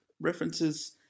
references